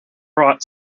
brought